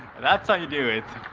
that's how you do it!